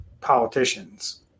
politicians